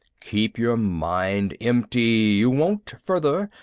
keep your mind empty. you won't. further,